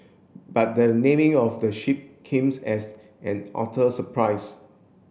but the naming of the ship as an utter surprise